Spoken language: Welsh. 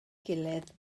gilydd